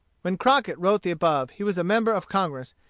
when crockett wrote the above he was a member of congress,